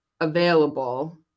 available